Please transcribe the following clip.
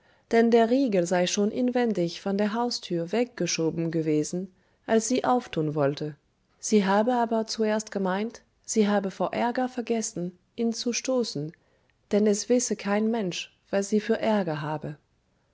denn der riegel sei schon inwendig von der haustür weggeschoben gewesen als sie auftun wollte sie habe aber zuerst gemeint sie habe vor ärger vergessen ihn zu stoßen denn es wisse kein mensch was sie für ärger habe